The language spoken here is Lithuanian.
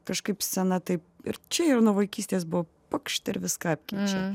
kažkaip scena taip ir čia ir nuo vaikystės buvo pakšt ir viską apkeičia